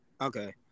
Okay